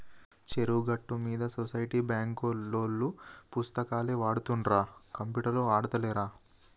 చెరువు గట్టు మీద సొసైటీ బాంకులోల్లు పుస్తకాలే వాడుతుండ్ర కంప్యూటర్లు ఆడుతాలేరా